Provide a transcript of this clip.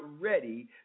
ready